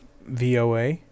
VOA